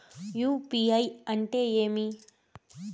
UPI అంటే ఏమి?